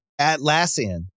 Atlassian